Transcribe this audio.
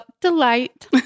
delight